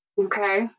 Okay